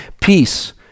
Peace